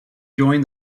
joined